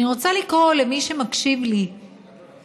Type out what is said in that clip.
אני רוצה לקרוא למי שמקשיב לי לנסות